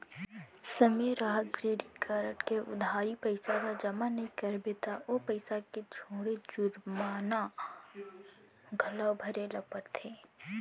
समे रहत credit card के उधारी पइसा ल जमा नइ करबे त ओ पइसा के छोड़े जुरबाना घलौ भरे ल परथे